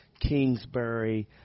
Kingsbury